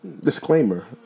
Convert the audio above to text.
disclaimer